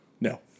No